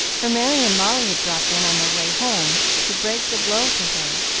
for merry and molly had dropped in on their way home to break the blow to her,